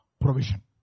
Provision